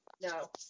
No